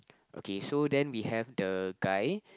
okay so then we have the guy